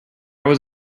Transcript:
was